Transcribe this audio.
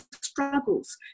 struggles